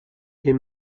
est